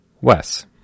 Wes